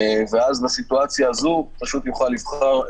ואז בסיטואציה הזאת הוא פשוט יוכל לבחור,